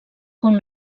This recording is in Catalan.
com